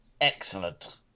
Excellent